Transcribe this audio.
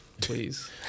please